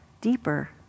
deeper